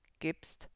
gibst